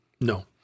No